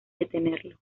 detenerlo